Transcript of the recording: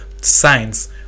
signs